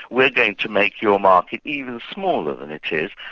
we're going to make your market even smaller than it is.